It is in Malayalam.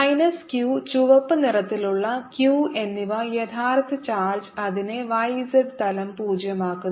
മൈനസ് q ചുവപ്പ് നിറത്തിലുള്ള q എന്നിവ യഥാർത്ഥ ചാർജ് അതിനെ y z തലം പൂജ്യമാക്കുന്നു